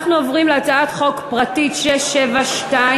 אנחנו עוברים להצעת חוק פרטית מס' 672,